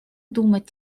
думать